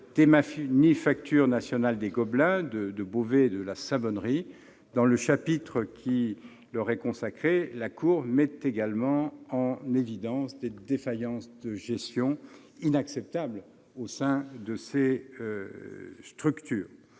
des manufactures nationales des Gobelins, de Beauvais et de la Savonnerie. Dans le chapitre qui leur est consacré, la Cour met également en évidence des défaillances de gestion inacceptables au sein de ces structures.